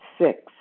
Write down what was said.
Six